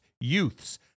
youths